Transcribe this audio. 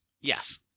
yes